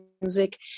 Music